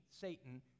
Satan